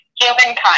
Humankind